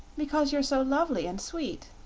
because you're so lovely and sweet.